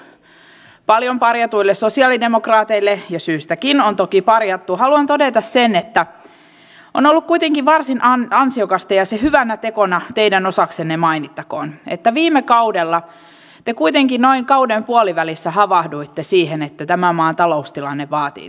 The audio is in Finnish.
ensinnäkin paljon parjatuille sosialidemokraateille ja syystäkin on toki parjattu haluan todeta sen että on ollut kuitenkin varsin ansiokasta ja se hyvänä tekona teidän osaltanne mainittakoon että viime kaudella te kuitenkin noin kauden puolivälissä havahduitte siihen että tämän maan taloustilanne vaatii toimenpiteitä